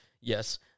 yes